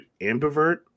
ambivert